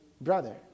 brother